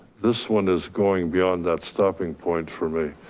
this one is going beyond that stopping point for me.